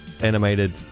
animated